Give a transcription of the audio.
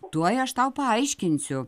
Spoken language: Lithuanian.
tuoj aš tau paaiškinsiu